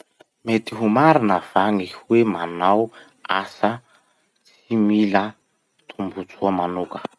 Mety ho marina va gny hoe manao asa tsy mila tombotsoa manoka?